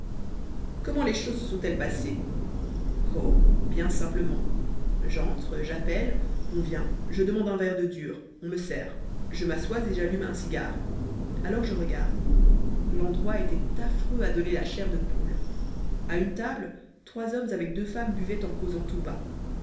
comment les choses se sont-elles passées oh bien simplement j'entre j'appelle on vient je demande un verre de dur on me sert je m'asseois et j'allume un cigare alors je regarde l'endroit était affreux à donner la chair de poule à une table trois hommes avec deux femmes buvaient en causant tout bas